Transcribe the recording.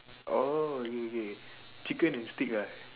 oh okay okay chicken and steak ah